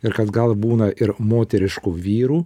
ir kad gal būna ir moteriškų vyrų